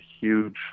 huge